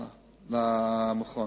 טוב למכון.